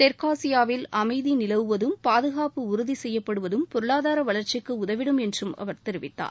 தெற்காசியாவில் அமைதி நிலவுவதும் பாதுகாப்பு உறுதி செய்யப்படுவதம் பொருளாதார வளர்ச்சிக்கு உதவிடும் என்றும் அவர் தெரிவித்தார்